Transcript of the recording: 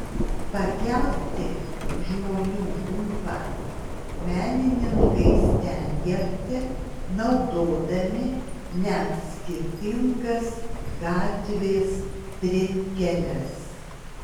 pakelti žmonių ūpą menininkai stengiasi naudodami net skirtingas gatvės trinkeles